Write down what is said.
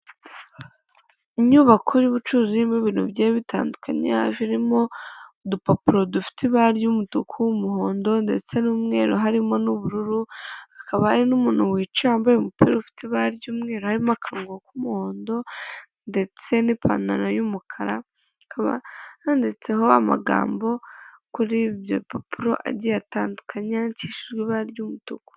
Inyubako y'ubucuruzi irimo ibintu bigiye bitandukanye birimo udupapuro dufite ibara ry'umutuku w'umuhondo ndetse n'umweru harimo n'ubururu, akaba ari n'umuntu wicaye wambaye umupira ufite ibara ry'umweru arimo akanwa k'umuhondo ndetse n'ipantaro y'umukara ikaba handitseho amagambo kuri ibyo bipapuro agiye atandukanya yanyandikishi ibara ry'umutuku.